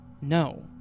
no